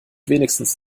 wenigstens